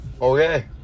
Okay